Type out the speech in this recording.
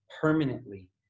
permanently